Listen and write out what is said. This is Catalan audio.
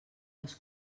les